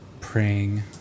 praying